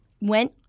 went